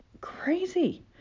crazy